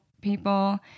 people